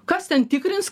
kas ten tikrins